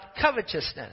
covetousness